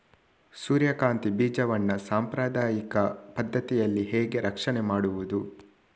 ಸೂರ್ಯಕಾಂತಿ ಬೀಜವನ್ನ ಸಾಂಪ್ರದಾಯಿಕ ಪದ್ಧತಿಯಲ್ಲಿ ಹೇಗೆ ರಕ್ಷಣೆ ಮಾಡುವುದು